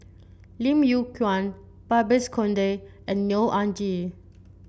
Lim Yew Kuan Babes Conde and Neo Anngee